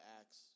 acts